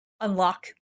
unlock